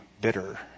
bitter